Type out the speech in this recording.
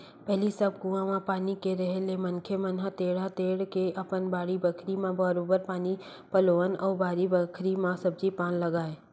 पहिली सब कुआं म पानी के रेहे ले मनखे मन ह टेंड़ा टेंड़ के अपन बाड़ी बखरी म बरोबर पानी पलोवय अउ बारी बखरी म सब्जी पान लगाय